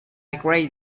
great